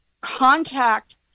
contact